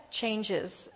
changes